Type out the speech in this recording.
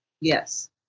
yes